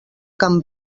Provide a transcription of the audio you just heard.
can